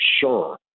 sure